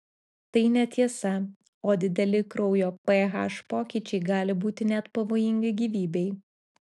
tai netiesa o dideli kraujo ph pokyčiai gali būti net pavojingi gyvybei